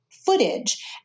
footage